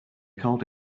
called